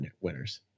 winners